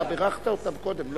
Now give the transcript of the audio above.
אתה בירכת אותם קודם.